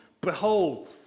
behold